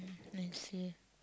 I see